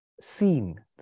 seen